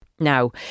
Now